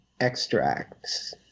Extracts